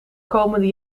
komende